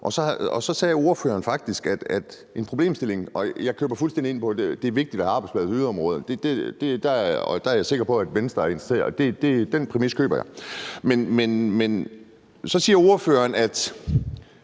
Så nævnte ordføreren faktisk en problemstilling, og jeg køber fuldstændig ind på det. Det er vigtigt, at der er arbejdspladser i yderområderne, og der er jeg sikker på, at Venstre er interesseret, og den præmis køber jeg. Så siger ordføreren, at